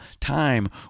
time